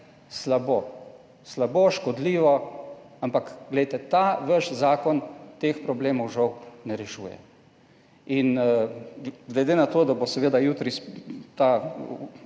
slabo in škodljivo, ampak ta vaš zakon teh problemov žal ne rešuje. Glede na to, da bo seveda jutri ta zelena